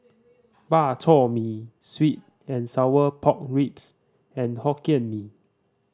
Bak Chor Mee sweet and sour pork ribs and Hokkien Mee